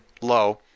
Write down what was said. low